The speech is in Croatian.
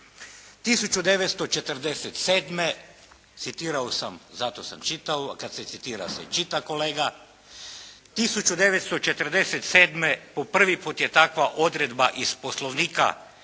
1947. po prvi puta je takva odredba iz Poslovnika